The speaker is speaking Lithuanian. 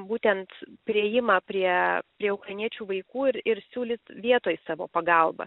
būtent priėjimą prie prie ukrainiečių vaikų ir ir siūlyt vietoj savo pagalbą